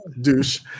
douche